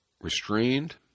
restrained